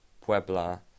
Puebla